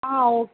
ஆ okay